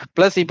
Plus